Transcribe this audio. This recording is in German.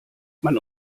man